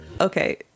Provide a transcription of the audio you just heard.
Okay